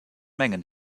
mengen